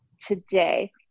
today